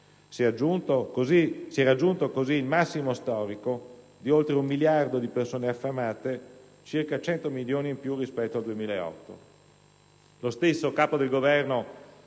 Si è raggiunto così il massimo storico di oltre un miliardo di persone affamate, circa 100 milioni in più rispetto al 2008». Lo stesso Capo del Governo